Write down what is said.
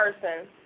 person